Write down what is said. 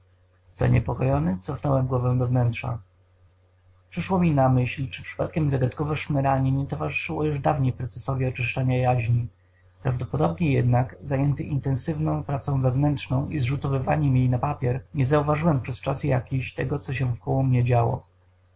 zaniepokojony cofnąłem głowę do wnętrza przyszło mi na myśl czy przypadkiem zagadkowe szemranie nie towarzyszyło już dawniej procesowi oczyszczania jaźni prawdopodobnie jednak zajęty intenzywną pracą wewnątrzną i zrzutowywaniem jej na papier nie zauważyłem przez czas jakiś tego co się wkoło mnie działo